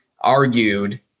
argued